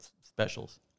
specials